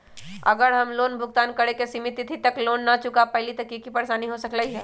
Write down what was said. अगर हम लोन भुगतान करे के सिमित तिथि तक लोन न चुका पईली त की की परेशानी हो सकलई ह?